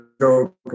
joke